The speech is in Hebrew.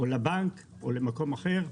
לבנק או למקום אחר.